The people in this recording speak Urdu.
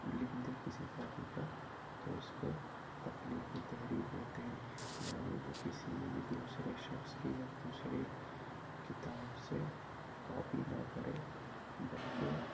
لکھ دے کسی کاپی پر تو اس کو تخلیقی تحریر کہتے ہیں یعنی وہ کسی دوسرے شخص کی یا دوسرے کتاب سے کاپی نہ کرے بلکہ